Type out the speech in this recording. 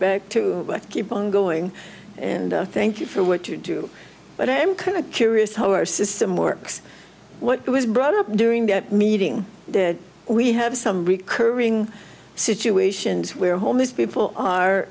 back to keep on going and thank you for what you do but i'm kind of curious how our system works what it was brought up during that meeting that we have some recurring situations where homeless people are